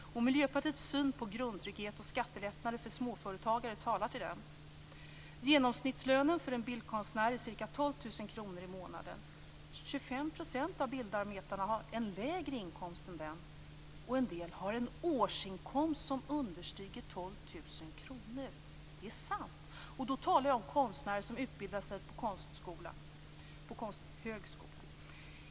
Miljöpartiets syn på grundtrygghet och skattelättnader för småföretagare talar till den. Genomsnittslönen för en bildkonstnär är ca 12 000 kr i månaden. 25 % av bildarbetarna har en lägre inkomst än den, och en del har en årsinkomst som understiger 12 000 kr. Det är sant, och då talar jag om konstnärer som utbildat sig på Konsthögskolan.